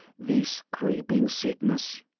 this creeping sickness.